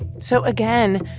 so again,